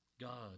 God